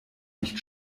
nicht